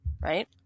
right